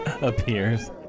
appears